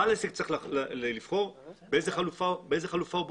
בעל העסק צריך לבחור באיזו חלופה הוא בוחר.